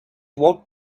what